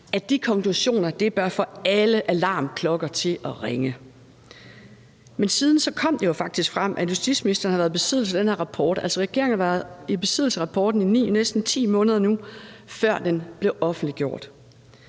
at de konklusioner bør få »alle alarmklokker til at ringe«. Men siden kom det jo faktisk frem, at justitsministeren havde været i besiddelse af den her rapport, altså regeringen havde været i besiddelse af rapporten i 9, næsten 10 måneder nu, før den blev offentliggjort.